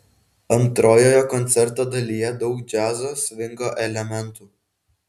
antrojoje koncerto dalyje daug džiazo svingo elementų